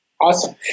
Awesome